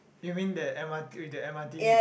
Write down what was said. you mean that m_r with the m_r_t